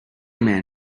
man